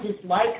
dislike